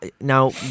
now